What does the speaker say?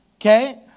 Okay